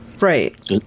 Right